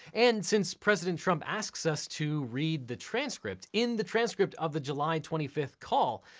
and since president trump asks us to read the transcript, in the transcript of the july twenty fifth call,